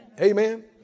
Amen